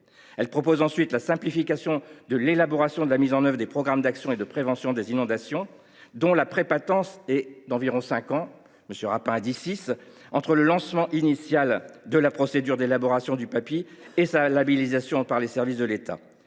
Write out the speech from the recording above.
Elle vise ensuite à simplifier l’élaboration de la mise en œuvre des programmes d’action et de prévention des inondations, dont la prépatence est d’environ cinq ans – six, selon M. Rapin – entre le lancement initial de la procédure d’élaboration du Papi et sa labellisation par les services de l’État.